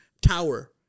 tower